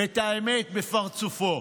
את האמת בפרצופו.